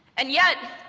and yet,